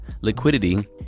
liquidity